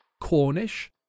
Cornish